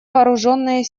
вооруженные